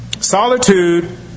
Solitude